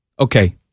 Okay